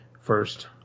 first